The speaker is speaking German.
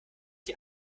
die